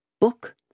Book